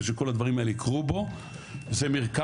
ושכל הדברים האלה יקרו בו,